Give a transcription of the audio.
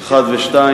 בעצם, שאלות 1 ו-2